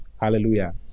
Hallelujah